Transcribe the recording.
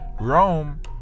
Rome